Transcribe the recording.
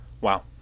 wow